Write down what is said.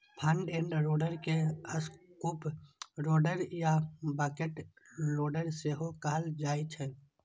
front end loader के scoop loader या bucket loader सेहो कहल जाइ छै